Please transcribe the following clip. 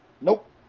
Nope